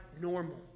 normal